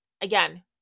Again